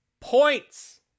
points